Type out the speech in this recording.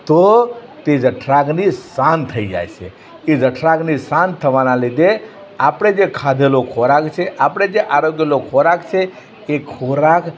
તો તે જઠરાગ્નિ શાંત થઈ જાય છે એ જઠરાગ્નિ શાંત થવાના લીધે આપણે જે ખાધેલો ખોરાક છે આપણે જે આરોગેલો ખોરાક છે એ ખોરાક